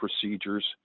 procedures